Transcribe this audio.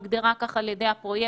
היא הוגדרה כך על ידי הפרויקטור.